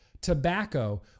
Tobacco